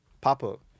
pop-up